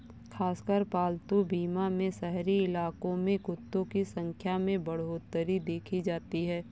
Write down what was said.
खासकर पालतू बीमा में शहरी इलाकों में कुत्तों की संख्या में बढ़ोत्तरी देखी जाती है